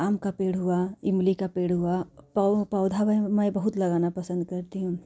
आम का पेड़ हुआ इमली का पेड़ हुआ पौधा ब मैं बहुत लगाना पसंद करती हूँ